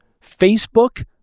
Facebook